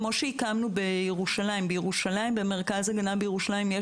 כמו שהקמנו במרכז ההגנה בירושלים,